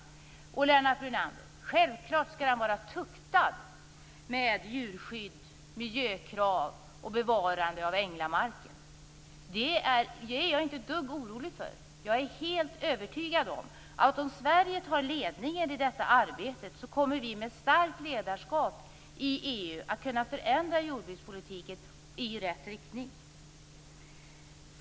Lennart Brunander, självklart skall denna marknad vara tuktad med djurskydd, miljökrav och krav på bevarande av änglamarken. Det är jag inte ett dugg orolig för. Jag är helt övertygad om att om Sverige tar ledningen i detta arbete, kommer vi med starkt ledarskap i EU att kunna förändra jordbrukspolitiken i rätt riktning.